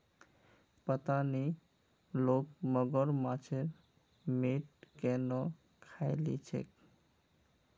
पता नी लोग मगरमच्छेर मीट केन न खइ ली छेक